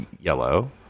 yellow